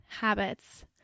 habits